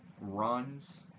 runs